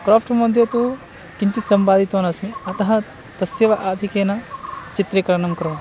craft मध्ये तु किञ्चित् सम्पादितवानस्मि अतः तस्यैव आधिक्येन चित्रीकरणं करोमि